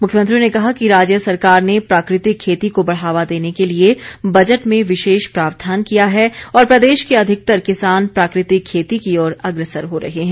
मुख्यमंत्री ने कहा कि राज्य सरकार ने प्राकृतिक खेती को बढ़ावा देने के लिए बजेट में विशेष प्रावधान किया है और प्रदेश के अधिकतर किसान प्राकृतिक खेती की ओर अग्रसर हो रहे हैं